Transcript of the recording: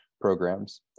programs